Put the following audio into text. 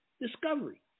discovery